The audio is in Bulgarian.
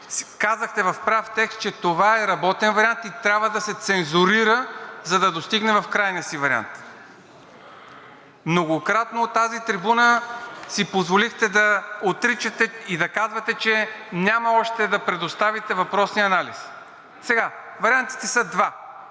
казахте в прав текст, че това е работен вариант и трябва да се цензурира, за да достигне в крайния си вариант. Многократно от тази трибуна си позволихте да отричате и да казвате, че няма още да предоставите въпросния анализ. Сега вариантите са два